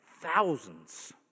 Thousands